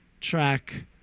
track